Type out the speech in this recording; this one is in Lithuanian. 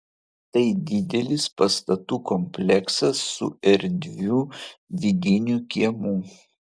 tai didelis pastatų kompleksas su erdviu vidiniu kiemu